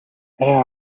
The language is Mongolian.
арай